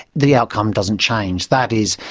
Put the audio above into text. the outcome doesn't change. that is,